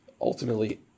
ultimately